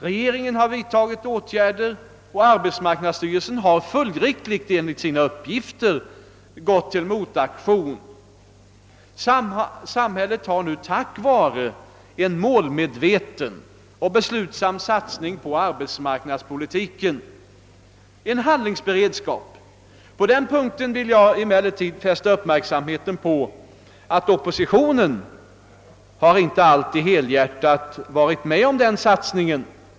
Regeringen har vidtagit åtgärder, och arbetsmarknadsstyrelsen har följdriktigt enligt sin uppgift gått till motaktion. Sam hället har nu tack vare en målmedveten och beslutsam satsning på arbetsmarknadspolitiken en handlingsberedskap. Jag vill emellertid fästa uppmärksamheten på att oppositionen inte alltid helhjärtat har varit med om denna satsning.